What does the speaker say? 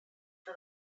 for